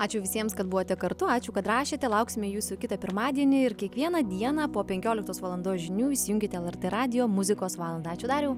ačiū visiems kad buvote kartu ačiū kad rašėte lauksime jūsų kitą pirmadienį ir kiekvieną dieną po penkioliktos valandos žinių įsijunkite lrt radijo muzikos valandą ačiū dariau